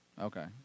Okay